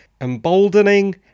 emboldening